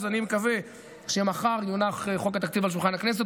אני מקווה שמחר יונח חוק התקציב על שולחן הכנסת,